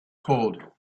cold